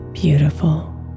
Beautiful